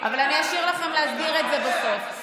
אבל אני אשאיר לכם להסביר את זה בסוף.